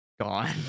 gone